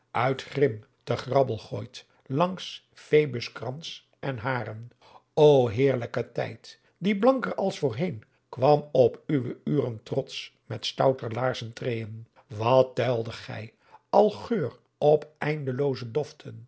grim te grabbel gooit langs fæbus krans en haeren ô heerelijke tijd die blanker als voorheen kwam op uw uuren trots met stouter laarzen treên wat tuilde gij al geur op eindelooze